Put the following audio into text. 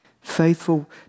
Faithful